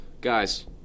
guys